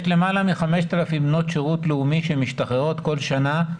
אבל יש למעלה מ-5,000 בנות שירות לאומי שמשתחררות כל שנה,